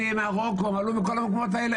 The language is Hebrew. עלו ממרוקו, הם עלו מכל המקומות האלה.